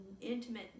intimate